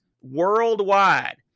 worldwide